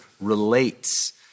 relates